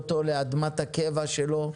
אותו לאדמת הקבע שלו.